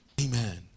Amen